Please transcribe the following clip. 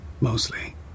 mostly